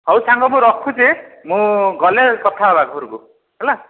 ହଉ ସାଙ୍ଗ ମୁଁ ରଖୁଛି ମୁଁ ଗଲେ କଥା ହେବା ଘରକୁ ହେଲା